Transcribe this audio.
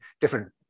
different